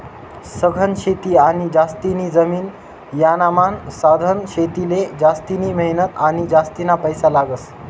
सघन शेती आणि जास्तीनी जमीन यानामान सधन शेतीले जास्तिनी मेहनत आणि जास्तीना पैसा लागस